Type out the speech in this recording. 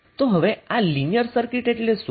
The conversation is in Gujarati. તો હવે આ લિનિયર સર્કિટ એટલે શું